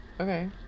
Okay